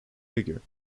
figure